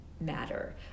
matter